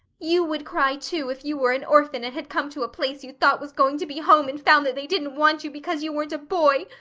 you would cry, too, if you were an orphan and had come to a place you thought was going to be home and found that they didn't want you because you weren't a boy.